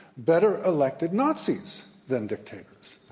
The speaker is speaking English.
better elected nazis than dictators.